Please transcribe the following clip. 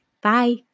Bye